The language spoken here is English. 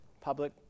public